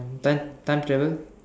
time time travel